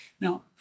Now